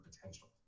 potential